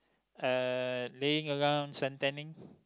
uh laying around suntanning